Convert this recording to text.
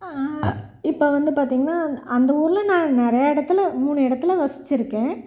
இப்போ வந்து பார்த்தீங்கன்னா அந்த ஊரில் நான் நிறைய இடத்துல மூணு இடத்துல வசிச்சுருக்கேன்